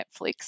Netflix